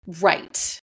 Right